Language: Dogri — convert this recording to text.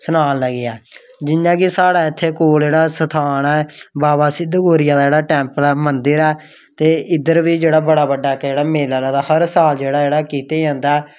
सनान लग्गे आं जियां कि साढ़ै इत्थै कोल जेह्ड़ा स्थान ऐ बाबा सिद्ध गौरिया दा जेह्ड़ा टेम्पल ऐ मंदर ऐ ते इद्धर बी जेह्ड़ा बड़ा बड्डा केह्ड़ा मेला लगदा हर साल जेह्ड़ा जेह्ड़ा कीता जंदा ऐ